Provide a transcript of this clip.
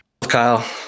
Kyle